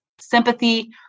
sympathy